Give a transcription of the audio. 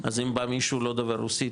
אז אם בא מישהו לא דובר רוסית,